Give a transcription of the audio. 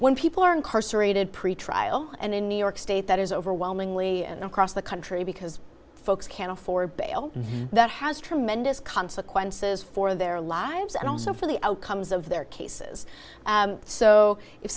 when people are incarcerated pretrial and in new york state that is overwhelmingly and across the country because folks can't afford bail that has tremendous consequences for their lives and also for the outcomes of their cases so if